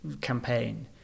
campaign